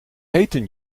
heten